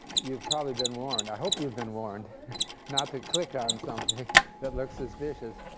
you've probably been warned. i hope you've been warned not to click on something that looks suspicious.